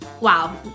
wow